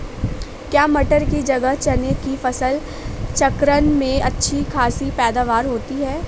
क्या मटर की जगह चने की फसल चक्रण में अच्छी खासी पैदावार होती है?